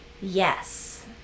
Yes